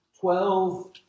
twelve